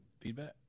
feedback